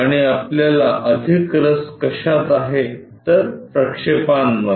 आणि आपल्याला अधिक रस कशात आहे तर प्रक्षेपांमध्ये